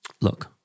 look